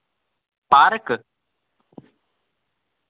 park